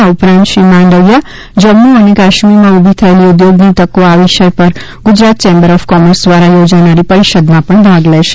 આ ઉપરાંત શ્રી માંડવિયા જમ્મુ અને કાશ્મીરમાં ઊભી થયેલી ઉદ્યોગની તકો આ વિષય પર ગુજરાત ચેમ્બર ઓફ કોમર્સ દ્વારા યોજાનારી પરિષદમાં પણ ભાગ લેશે